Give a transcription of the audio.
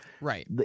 right